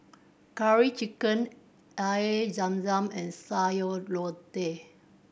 Curry Chicken Air Zam Zam and Sayur Lodeh